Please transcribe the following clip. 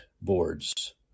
boards